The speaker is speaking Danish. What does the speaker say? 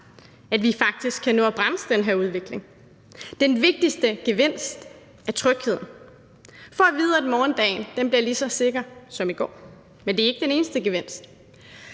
at vi faktisk kan nå at bremse den her udvikling. Den vigtigste gevinst er trygheden af at vide, at morgendagen bliver lige så sikker som i går. Men det er ikke den eneste gevinst.